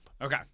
Okay